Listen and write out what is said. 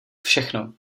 všechno